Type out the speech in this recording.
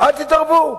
אל תתערבו.